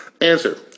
Answer